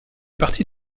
partie